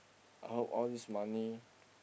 how all these money